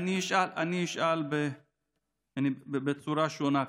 אני אשאל את השאילתה בצורה שונה קצת,